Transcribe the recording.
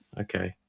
okay